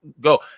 go